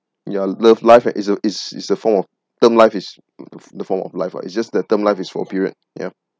yeah love life it's a it's a form of term life is the form of life ah it's just that term life is for a period ya